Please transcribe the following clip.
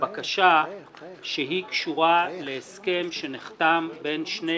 בבקשה שהיא קשורה להסכם שנחתם בין שתי